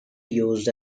used